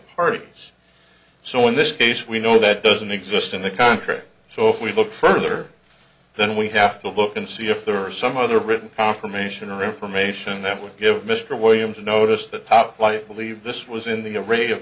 parties so in this case we know that doesn't exist in the country so if we look further then we have to look and see if there are some other written confirmation or information that would give mr williams a notice that top flight believe this was in the